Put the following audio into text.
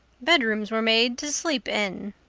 bedrooms were made to sleep in.